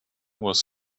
was